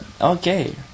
Okay